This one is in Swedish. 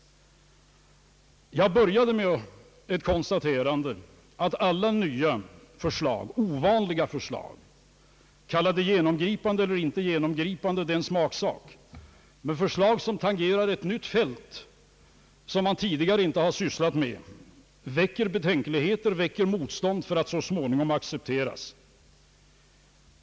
Jag började mitt inlägg med ett konstaterande, att alla nya ovanliga förslag — kalla dem genomgripande eller inte, det är en smaksak — som tangerar ett område, som man inte tidigare har sysslat med, väcker betänkligheter och motstånd för att så småningom accepteras.